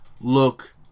look